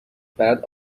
برات